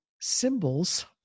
symbols